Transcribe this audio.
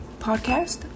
podcast